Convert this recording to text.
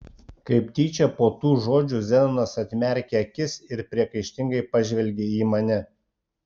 kaip tyčia po tų žodžių zenonas atmerkė akis ir priekaištingai pažvelgė į mane